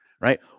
right